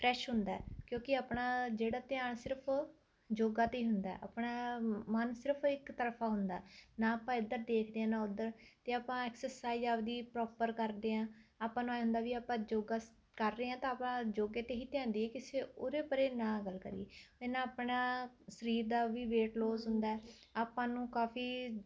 fresh ਹੁੰਦਾ ਹੈ ਕਿਉਂਕੀ ਆਪਣਾ ਜਿਹੜਾ ਧਿਆਨ ਸਿਰਫ ਯੋਗਾ 'ਤੇ ਹੀ ਹੁੰਦਾ ਆਪਣਾ ਮਨ ਸਿਰਫ਼ ਇੱਕ ਤਰਫਾ ਹੁੰਦਾ ਹੈ ਨਾ ਆਪਾਂ ਇੱਧਰ ਦੇਖਦੇ ਹਾਂ ਨਾ ਉੱਧਰ ਅਤੇ ਆਪਾਂ ਐਕਸਰਸਾਈਜ ਆਪਦੀ ਪ੍ਰੋਪਰ ਕਰਦੇ ਹਾਂ ਆਪਾਂ ਨੂੰ ਐਂ ਹੁੰਦਾ ਵੀ ਆਪਾਂ ਯੋਗਾ ਸ ਕਰ ਰਹੇ ਹਾਂ ਤਾਂ ਆਪਾਂ ਯੋਗਾ 'ਤੇ ਹੀ ਧਿਆਨ ਦਈਏ ਕਿਸੇ ਉਰੇ ਪਰੇ ਨਾ ਗੱਲ ਕਰੀਏ ਇਹ ਨਾ ਆਪਣਾ ਸਰੀਰ ਦਾ ਵੀ ਵੇਟ ਲੋਸ ਹੁੰਦਾ ਹੈ ਆਪਾਂ ਨੂੰ ਕਾਫ਼ੀ